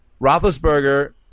Roethlisberger